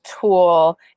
tool